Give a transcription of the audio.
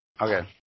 Okay